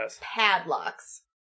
padlocks